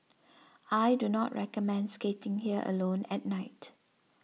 I do not recommend skating here alone at night